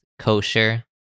kosher